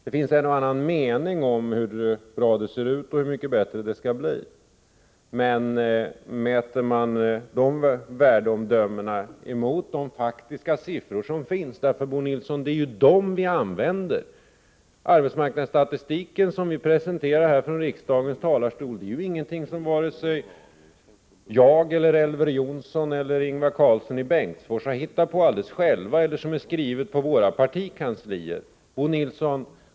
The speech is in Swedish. Det finns en och annan mening om hur bra det ser ut och hur mycket bättre det skall bli, men de siffror som faktiskt finns talar sitt tydliga språk. Det är ju dem vi använder. Arbetsmarknadsstatistiken som vi presenterar från riksdagens talarstol är ju ingenting som vare sig jag, Elver Jonsson eller Ingvar Karlsson i Bengtsfors själva har hittat på eller som är skrivet på våra partikanslier.